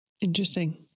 Interesting